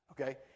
okay